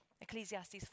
Ecclesiastes